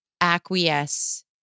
acquiesce